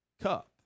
cup